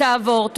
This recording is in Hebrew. תעבור.